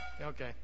Okay